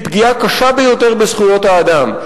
היא פגיעה קשה ביותר בזכויות האדם,